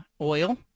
oil